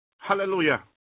Hallelujah